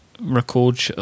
record